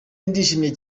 ndashimira